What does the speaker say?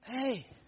Hey